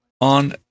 on